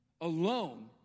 alone